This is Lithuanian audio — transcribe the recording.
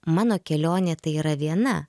mano kelionė tai yra viena